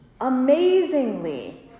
amazingly